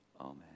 amen